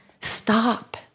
Stop